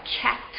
cat